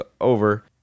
over